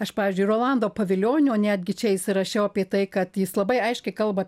aš pavyzdžiui rolando pavilionio netgi čia įsirašiau apie tai kad jis labai aiškiai kalba apie